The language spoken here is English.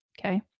Okay